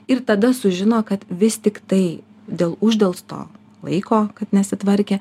ir tada sužino kad vis tiktai dėl uždelsto laiko kad nesitvarkė